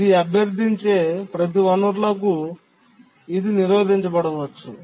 ఇది అభ్యర్థించే ప్రతి వనరులకు ఇది నిరోధించబడవచ్చు